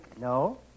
No